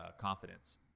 confidence